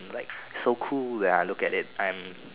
like so cool when I look at it I'm